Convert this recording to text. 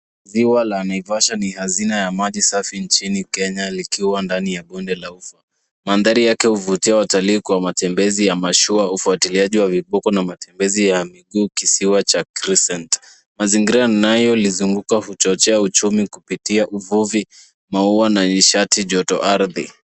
Ziwa la Naivasha ni hazina ya maji safi nchini Kenya likiwa ndani ya bonde la ufa. Mandhari yake huvutia watalii kwa matembezi ya mashua, ufuatiliaji wa vibuko na matembezi ya miguu kisiwa cha crescent. Mazingira yanayolizunguka huchochea uchumi kupitia uvuvi, maua na nishati joto ardhi.